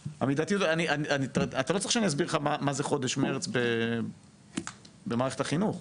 אתה לא צריך שאני אסביר לך מה זה חודש מרץ במערכת החינוך.